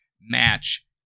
match